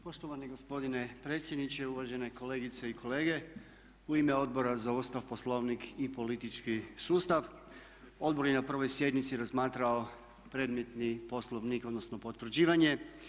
Poštovani gospodine predsjedniče, uvažene kolegice i kolege u ime Odbora za Ustav, Poslovnik i politički sustav odbor je na prvoj sjednici razmatrao predmetni Poslovnik odnosno potvrđivanje.